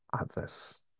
others